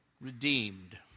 redeemed